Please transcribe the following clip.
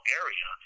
area